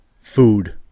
food